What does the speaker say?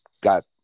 got